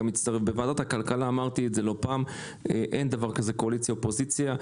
בוועדת הכלכלה, אין דבר כזה קואליציה-אופוזיציה.